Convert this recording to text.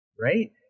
right